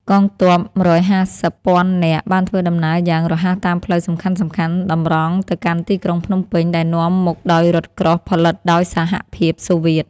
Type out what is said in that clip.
កងទ័ព ១៥០ពាន់នាក់បានធ្វើដំណើរយ៉ាងរហ័សតាមផ្លូវសំខាន់ៗតម្រង់ទៅកាន់ទីក្រុងភ្នំពេញ ដែលនាំមុខដោយរថក្រោះផលិតដោយសហភាពសូវៀត ។